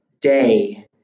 day